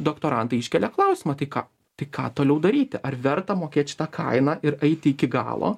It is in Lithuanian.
doktorantai iškelia klausimą tai ką tai ką toliau daryti ar verta mokėt šitą kainą ir eiti iki galo